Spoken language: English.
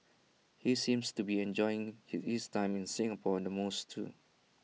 he seems to be enjoying his time in Singapore in the most too